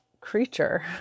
creature